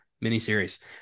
miniseries